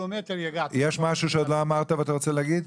יש משהו שעוד לא אמרת ואתה רוצה להגיד?